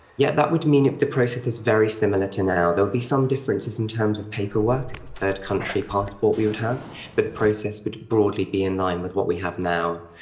yeah that would mean the process is very similar to now, there'll be some differences in terms of paperwork it's a third country passport we would have but the process would broadly be in line with what we have now.